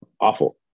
Awful